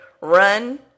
Run